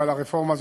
ועל הרפורמה הזאת,